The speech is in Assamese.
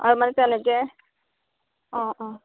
আৰু মানে তেনেকে অঁ অঁ